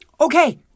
Okay